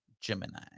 Gemini